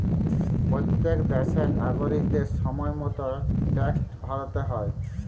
প্যত্তেক দ্যাশের লাগরিকদের সময় মত ট্যাক্সট ভ্যরতে হ্যয়